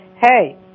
Hey